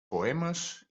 poemes